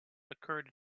occurred